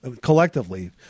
collectively